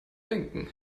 denken